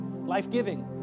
life-giving